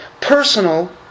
personal